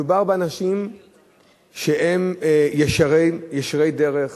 מדובר באנשים שהם ישרי דרך,